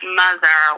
mother